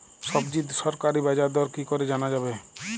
সবজির সরকারি বাজার দর কি করে জানা যাবে?